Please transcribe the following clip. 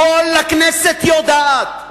כל הכנסת יודעת,